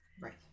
Right